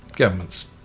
Governments